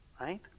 Right